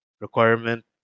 requirement